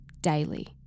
Daily